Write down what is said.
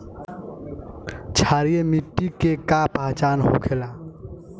क्षारीय मिट्टी के का पहचान होखेला?